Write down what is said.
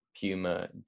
Puma